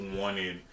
wanted